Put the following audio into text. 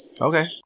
Okay